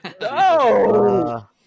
No